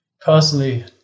Personally